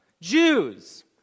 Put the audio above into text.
Jews